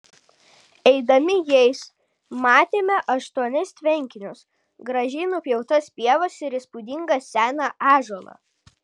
eidami jais matėme aštuonis tvenkinius gražiai nupjautas pievas ir įspūdingą seną ąžuolą